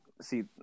see